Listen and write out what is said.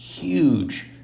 huge